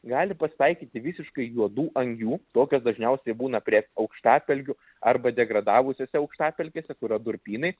gali pasitaikyti visiškai juodų angių tokios dažniausiai būna prie aukštapelkių arba degradavusiose aukštapelkėse kur yra durpynai